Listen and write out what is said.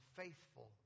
faithful